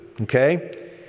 okay